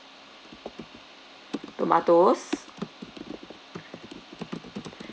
tomatoes